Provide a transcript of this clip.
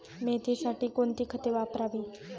मेथीसाठी कोणती खते वापरावी?